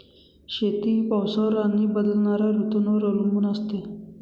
शेती ही पावसावर आणि बदलणाऱ्या ऋतूंवर अवलंबून असते